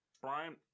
Brian